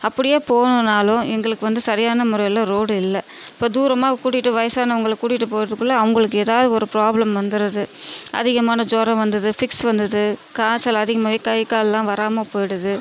அப்படியே போகணுன்னாலும் எங்களுக்கு வந்து சரியான முறையில் ரோடு இல்லை இப்போ தூரமாக கூட்டிகிட்டு வயசானவங்களை கூட்டிகிட்டு போகிறத்துக்குள்ள அவங்களுக்கு ஏதாவது ஒரு ப்ராப்ளம் வந்துடுது அதிகமான ஜுரம் வந்தது ஃபிக்ஸ் வந்தது காய்ச்சல் அதிகமாகி கை கால் எல்லாம் வராமல் போய்விடுது